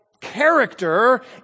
character